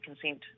consent